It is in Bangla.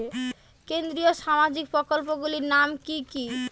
কেন্দ্রীয় সামাজিক প্রকল্পগুলি নাম কি কি?